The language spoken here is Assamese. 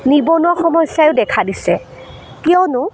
নিবনুৱা সমস্যায়ো দেখা দিছে কিয়নো